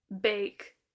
bake